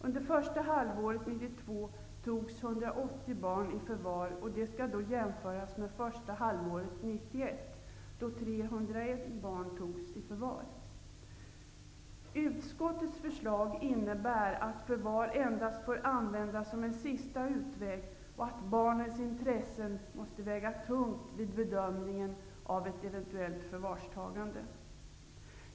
Under första halvåret 1992 togs 180 barn i förvar, och det skall då jämföras med första halvåret 1991, då 301 barn togs i förvar. Utskottets förslag innebär att förvar endast får användas som en sista utväg och att barnens intressen måste väga tungt vid bedömningen av ett eventuellt förvarstagande.